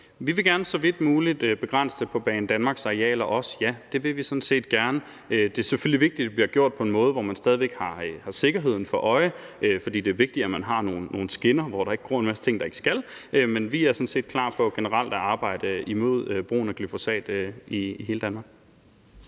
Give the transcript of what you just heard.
Vi vil gerne så vidt muligt begrænse det, også på Banedanmarks arealer – ja, det vil vi sådan set gerne. Det er selvfølgelig vigtigt, at det bliver gjort på en måde, hvor man stadig har sikkerheden for øje. For det er vigtigt, at man har nogle skinner, hvor der ikke gror en masse ting, som der ikke skal. Men vi er sådan set klar på generelt at arbejde imod brugen af glyfosat i hele Danmark.